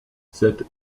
cette